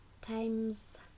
Times